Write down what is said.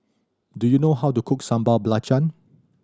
do you know how to cook Sambal Belacan